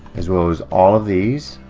as well as all of these